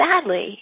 sadly